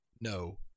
No